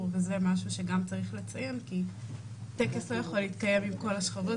וזה משהו שגם צריך לציין כי טקס לא יכול להתקיים עם כל השכבות.